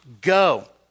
go